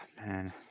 Man